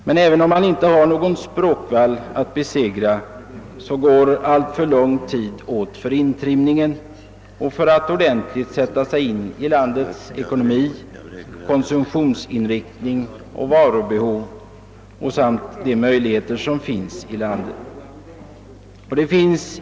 Men även för den om inte har någon språkvall att forcera går alltför lång tid åt till intrimning, till att ordentligt sätta sig in i det ifrågavarande landets ekonomi, konsumtionsinriktning, varubehov och förutsättningar av olika slag.